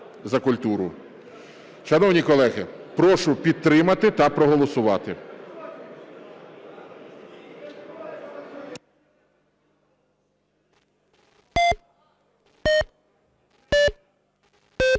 Шановні колеги, прошу підтримати та проголосувати.